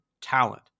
talent